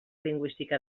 lingüística